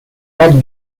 lac